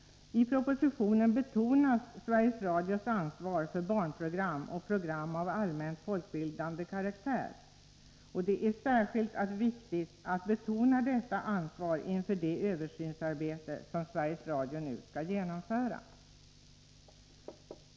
I propositionen betonas Sveriges Radios ansvar för barnprogram och program av allmänt folkbildande karaktär. Det är särskilt viktigt att understryka detta ansvar inför det översynsarbete som Sveriges Radio nu skall genomföra.